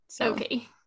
Okay